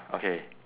okay